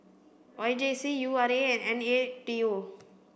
Y J C U R A and N A T O